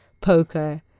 poker